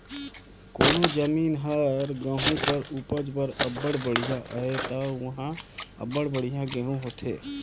कोनो जमीन हर गहूँ कर उपज बर अब्बड़ बड़िहा अहे ता उहां अब्बड़ बढ़ियां गहूँ होथे